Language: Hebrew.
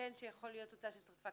תוצאה של שריפה.